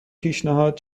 پیشنهاد